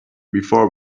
before